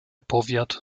powiat